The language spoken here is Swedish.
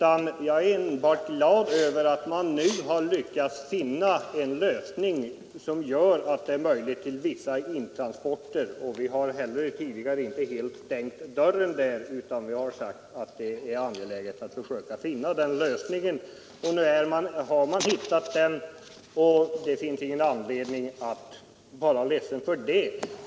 Jag är enbart glad över att man nu lyckats finna en lösning som möjliggör vissa intransporter. Vi har heller inte tidigare helt stängt dörren därvidlag, utan vi har sagt att det är angeläget att försöka finna en lösning. Nu har man hittat den, och det finns ingen anledning att vara ledsen för det.